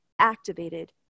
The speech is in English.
activated